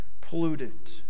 polluted